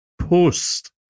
post